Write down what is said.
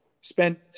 spent